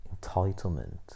entitlement